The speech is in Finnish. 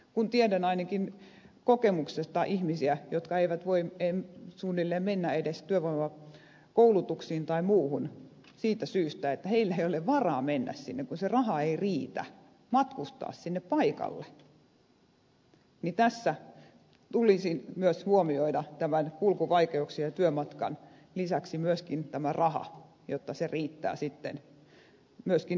kun tiedän ainakin kokemuksesta ihmisiä jotka eivät voi suunnilleen mennä edes työvoimakoulutuksiin tai muuhun siitä syystä että heillä ei ole varaa mennä sinne kun se raha ei riitä matkustaa sinne paikalle niin tässä tulisi myös huomioida kulkuvaikeuksien ja työmatkan lisäksi myöskin tämä raha jotta se riittää sitten myöskin elämiseen